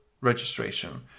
registration